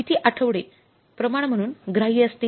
किती आठवडे प्रमाण म्हणून ग्राह्य असतील